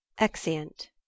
Exeunt